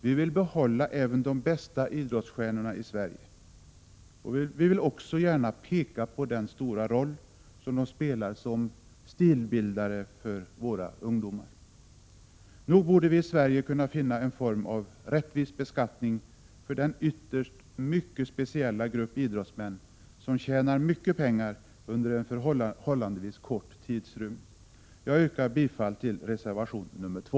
Vi vill behålla även de bästa idrottsstjärnorna i Sverige, och vi vill också gärna peka på den stora roll som de spelar som stilbildare för våra ungdomar. Nog borde vi i Sverige kunna finna en form av rättvis beskattning för den ytterst speciella grupp idrottsmän som tjänar mycket pengar under en förhållandevis kort tidsrymd. Jag yrkar bifall till reservation nr 2.